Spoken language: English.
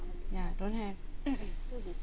ya don't have